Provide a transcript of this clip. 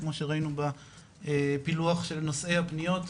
כמו שראינו בפילוח של נושאי הפניות,